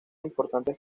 importantes